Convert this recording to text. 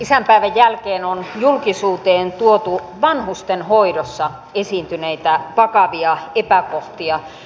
isänpäivän jälkeen on julkisuuteen tuotu vanhustenhoidossa esiintyneitä vakavia epäkohtia